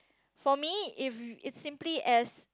for me if is simply as